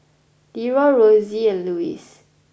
Ieroy Rosie and Luis